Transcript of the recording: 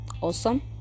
awesome